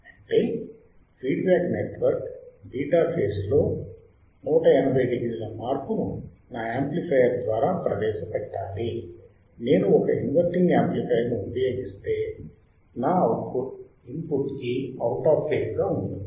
అంటే feedback network β ఫేజ్లో 180 డిగ్రీల మార్పును నా యాంప్లిఫైయర్ ద్వారా ప్రవేశపెట్టాలి నేను ఒక ఇన్వర్టింగ్ యాంప్లిఫైయర్ ని ఉపయోగిస్తే నా అవుట్ పుట్ ఇన్పుట్ కి అవుట్ ఆఫ్ ఫేజ్ గా ఉంటుంది